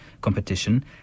competition